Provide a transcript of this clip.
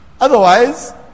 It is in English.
Otherwise